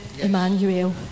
Emmanuel